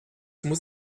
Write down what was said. muss